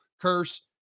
Curse